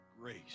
grace